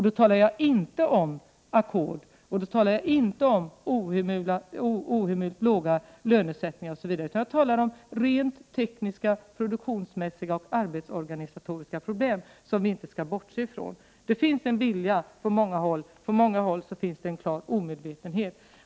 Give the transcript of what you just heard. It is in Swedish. Då talar jag inte om ackord, inte om ohemult låga lönesättningar osv., utan jag talar om rent tekniska, produktionsmässiga och arbetsorganisatoriska problem som man inte skall bortse från. Det finns en vilja på många håll, och på andra håll finns det en uppenbar omedvetenhet.